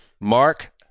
Mark